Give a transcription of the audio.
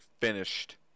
finished